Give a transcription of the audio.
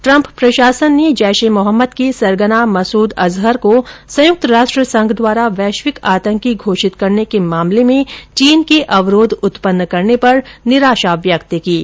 Trump प्रशासन ने जैश ए मोहम्मद के सरगना मसूद अजहर को संयुक्त राष्ट्र संघ द्वारा वैश्विक आतंकी घोषित करने के मामले में चीन के अवरोध उत्पन्न करने पर निराशा व्यक्त की है